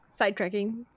sidetracking